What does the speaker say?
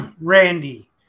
Randy